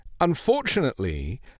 Unfortunately